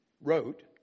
wrote